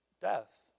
death